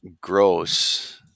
gross